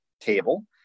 table